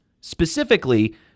specifically